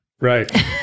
right